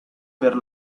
per